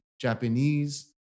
Japanese